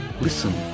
Listen